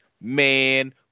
Man